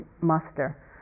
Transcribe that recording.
muster